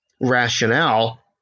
rationale